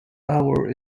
hour